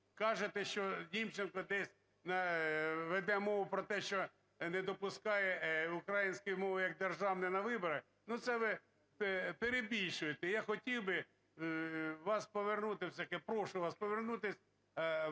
кажете, що Німченко десь веде мову про те, що не допускає української мови як державної на виборах, ну, це ви перебільшуєте. Я хотів би вас повернути, все-таки прошу вас повернутись